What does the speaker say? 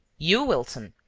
you, wilson,